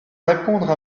répondre